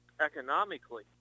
economically